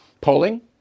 Polling